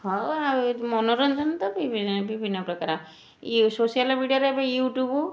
ହଁ ଆଉ ମନୋରଞ୍ଜନ ତ ବିଭିନ୍ନ ବିଭିନ୍ନ ପ୍ରକାର ଇଏ ସୋସିଆଲ ମିଡ଼ିଆରେ ଏବେ ୟୁଟ୍ୟୁବ୍